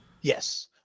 Yes